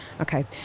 okay